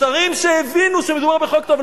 השרים שהבינו שמדובר בחוק טוב,